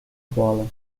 bola